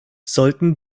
sollten